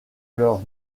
leur